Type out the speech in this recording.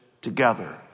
together